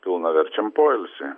pilnaverčiam poilsiui